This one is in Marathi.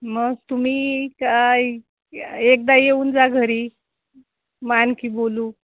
मग तुम्ही क एकदा येऊन जा घरी मग आणखी बोलू